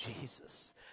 Jesus